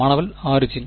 மாணவர் ஆரிஜின்